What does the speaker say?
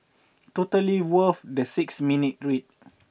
totally worth the six minute read